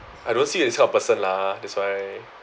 I don't you as this kind of person lah that's why